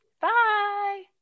bye